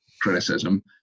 criticism